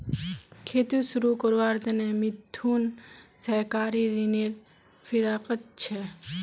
खेती शुरू करवार त न मिथुन सहकारी ऋनेर फिराकत छ